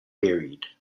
buried